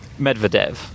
Medvedev